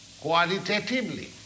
qualitatively